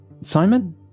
Simon